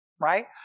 right